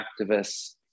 activists